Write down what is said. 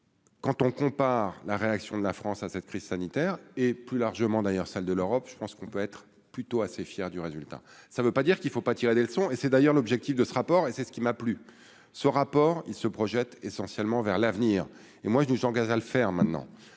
Quand on compare la réaction de la France à cette crise sanitaire et plus largement d'ailleurs celle de l'Europe, je pense qu'on peut être plutôt assez fier du résultat, ça veut pas dire qu'il ne faut pas tirer des leçons, et c'est d'ailleurs l'objectif de ce rapport et c'est ce qui m'a plu, ce rapport, ils se projettent essentiellement vers l'avenir et moi je vous engage à le faire maintenant